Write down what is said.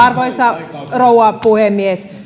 arvoisa rouva puhemies